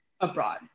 abroad